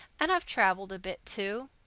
and i've traveled a bit, too.